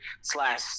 slash